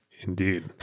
Indeed